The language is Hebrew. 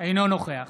אינו נוכח